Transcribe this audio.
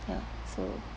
ya so